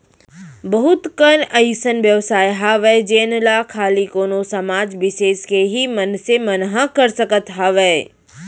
बहुत कन अइसन बेवसाय हावय जेन ला खाली कोनो समाज बिसेस के ही मनसे मन ह कर सकत हावय